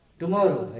tomorrow